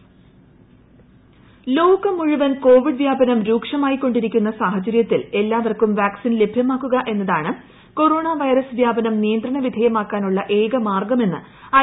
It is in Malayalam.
വാക്സിനേഷൻ ഇൻട്രോ ലോകം മുഴുവൻ കോവിഡ് വ്യാപനം രൂക്ഷമായിക്കൊണ്ടിരിക്കുന്ന സാഹചര്യത്തിൽ എല്ലാവർക്കും വാക്സിൻ ലഭ്യമാക്കുക എന്നതാണ് കൊറോണ വൈറസ് വ്യാപനം നിയന്ത്രണ വിധേയമാക്കാനുള്ള ഏകമാർഗ്ഗമെന്ന് ഐ